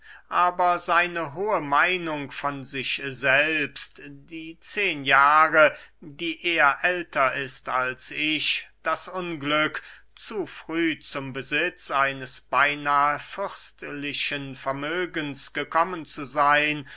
aber seine hohe meinung von sich selbst die zehn jahre die er älter ist als ich das unglück zu früh zum besitz eines beynahe fürstlichen vermögens gekommen zu seyn